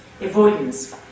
Avoidance